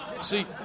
See